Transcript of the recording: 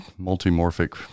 multimorphic